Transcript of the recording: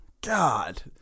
God